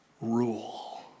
rule